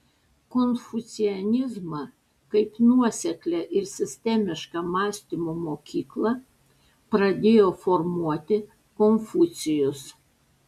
konfucianizmą kaip nuoseklią ir sistemišką mąstymo mokyklą pradėjo formuoti konfucijus